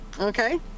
okay